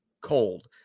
cold